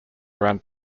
around